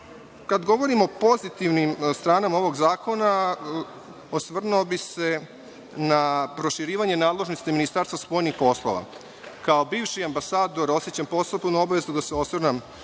govorimo o pozitivnim stranama ovog zakona, osvrnuo bih se na proširivanje nadležnosti Ministarstva spoljnih poslova. Kao bivši ambasador, osećam posebnu obavezu da se osvrnem